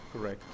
correct